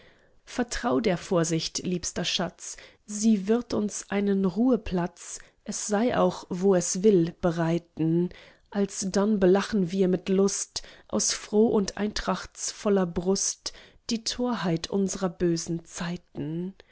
vertrau der vorsicht liebster schatz sie wird uns einen ruheplatz es sei auch wo es will bereiten alsdann belachen wir mit lust aus froh und eintrachtsvoller brust die torheit unsrer bösen zeiten